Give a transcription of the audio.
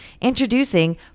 Introducing